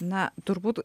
na turbūt